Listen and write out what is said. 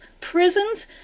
prisons